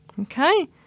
Okay